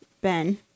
Ben